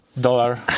Dollar